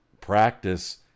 practice